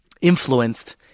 influenced